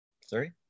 sorry